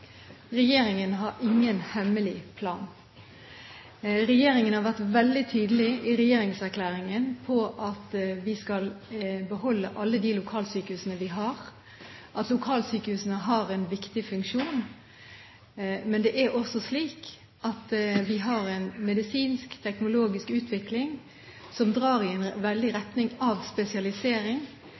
Regjeringen har ingen hemmelig plan. Regjeringen har i regjeringserklæringen vært veldig tydelig på at vi skal beholde alle de lokalsykehusene vi har, og at lokalsykehusene har en viktig funksjon. Men det er også slik at vi har en medisinsk-teknologisk utvikling som drar veldig i retning av spesialisering.